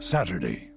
Saturday